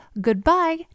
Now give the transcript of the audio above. goodbye